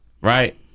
Right